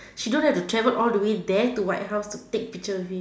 she don't have to travel all the way there to white house to take picture with him